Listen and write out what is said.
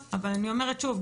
אבל אני אומרת שוב,